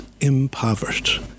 impoverished